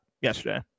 yesterday